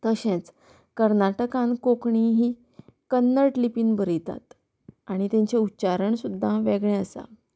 तशेंच कर्नाटकान कोंकणी ही कन्नड लिपीन बरयतात आनी ताचें उच्चारण सुद्दां वेगळें आसा